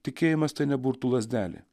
tikėjimas tai ne burtų lazdelė